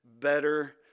better